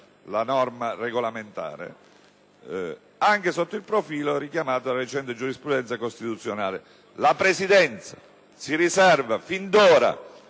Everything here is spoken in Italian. norma regolamentare - «anche sotto il profilo richiamato dalla recente giurisprudenza costituzionale (...). La Presidenza si riserva fin d'ora